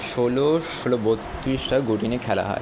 ষোলো ষোলো বত্রিশটা গুটি নিয়ে খেলা হয়